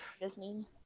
Disney